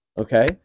Okay